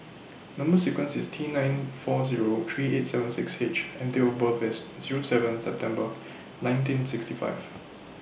Number sequence IS T nine four Zero three eight seven six H and Date of birth IS Zero seven September nineteen sixty five